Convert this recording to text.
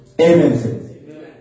Amen